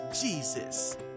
Jesus